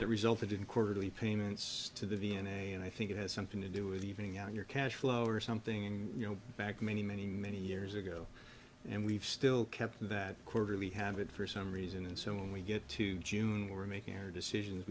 that resulted in quarterly payments to the v n a and i think it has something to do with leaving out your cash flow or something and you know back many many many years ago and we've still kept that quarter we have it for some reason and so when we get to june we're making our decisions